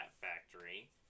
factory